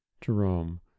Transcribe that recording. Jerome